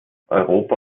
europa